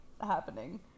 happening